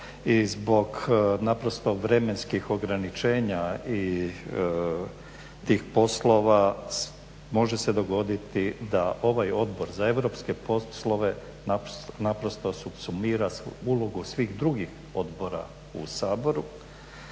i zbog naprosto vremenskih ograničenja i tih poslova može se dogoditi da ovaj Odbor za europske poslove naprosto sumira ulogu svih drugih odbora u Saboru,